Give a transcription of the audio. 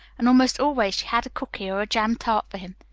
and almost always she had a cooky or a jam tart for him.